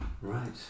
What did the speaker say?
Right